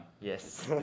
Yes